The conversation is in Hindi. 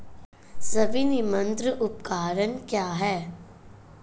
स्वनिर्मित उपकरण क्या है?